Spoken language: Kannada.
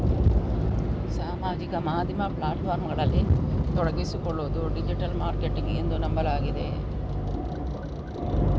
ಸಾಮಾಜಿಕ ಮಾಧ್ಯಮ ಪ್ಲಾಟ್ ಫಾರ್ಮುಗಳಲ್ಲಿ ತೊಡಗಿಸಿಕೊಳ್ಳುವುದು ಡಿಜಿಟಲ್ ಮಾರ್ಕೆಟಿಂಗ್ ಎಂದು ನಂಬಲಾಗಿದೆ